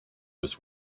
was